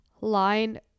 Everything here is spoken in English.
line